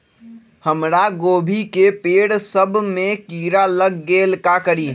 हमरा गोभी के पेड़ सब में किरा लग गेल का करी?